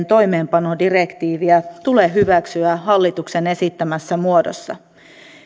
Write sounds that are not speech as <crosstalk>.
<unintelligible> toimeenpanodirektiiviä tule hyväksyä hallituksen esittämässä muodossa